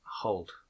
Hold